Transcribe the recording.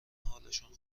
حالشون